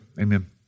amen